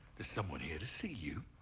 there's someone here to see you.